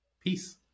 peace